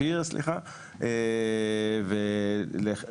על פי